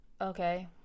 Okay